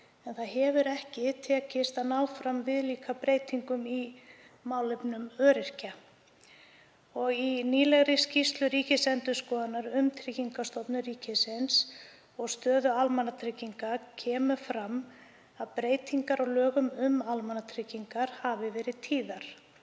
en það hefur ekki tekist að ná fram viðlíka breytingum í málefnum öryrkja. Í nýlegri skýrslu Ríkisendurskoðunar um Tryggingastofnun ríkisins og stöðu almannatrygginga kemur fram að breytingar á lögum um almannatryggingar hafi verið tíðar.